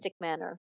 manner